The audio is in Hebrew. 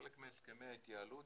חלק מהסכמי ההתייעלות,